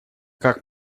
как